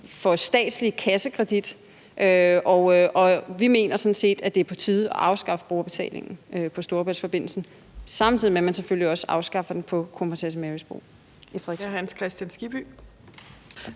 for statslig kassekredit, og vi mener sådan set, det er på tide at afskaffe brugerbetalingen på Storebæltsforbindelsen, samtidig med at man selvfølgelig også afskaffer den på Kronprinsesse Marys Bro